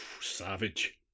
Savage